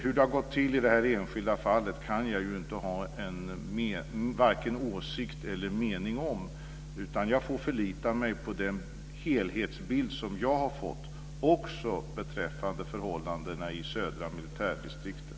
Hur det har gått till i det här enskilda fallet kan jag ha varken en mening eller åsikt om, utan jag får förlita mig på den helhetsbild som jag har fått också beträffande förhållandena i södra militärdistriktet.